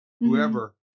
Whoever